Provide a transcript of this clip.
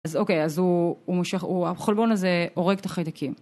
אז אוקיי, אז הוא מושך, החלבון הזה הורג את החיידקים.